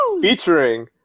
featuring